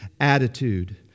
attitude